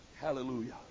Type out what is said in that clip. Hallelujah